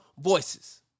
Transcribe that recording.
voices